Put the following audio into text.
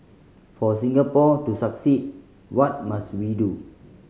for Singapore to succeed what must we do